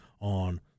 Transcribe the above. on